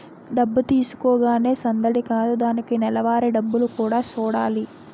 డబ్బు తీసుకోగానే సందడి కాదు దానికి నెలవారీ డబ్బులు కూడా సూడాలి